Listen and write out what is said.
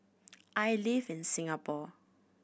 I live in Singapore